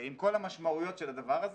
עם כל המשמעויות של הדבר הזה.